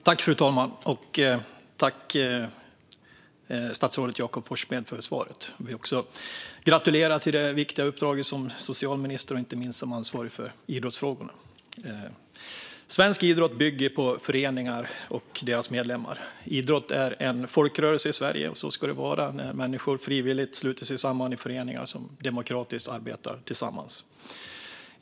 Fru talman! Jag tackar statsrådet Jakob Forssmed för svaret. Låt mig också gratulera till det viktiga uppdraget som socialminister och inte minst som ansvarig för idrottsfrågorna. Svensk idrott bygger på föreningar och deras medlemmar. Idrott är en folkrörelse i Sverige, och så ska det vara. Människor går samman i föreningar där de demokratiskt arbetar tillsammans.